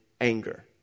anger